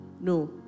No